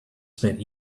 spent